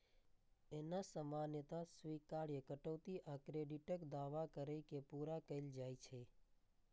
एना सामान्यतः स्वीकार्य कटौती आ क्रेडिटक दावा कैर के पूरा कैल जाइ छै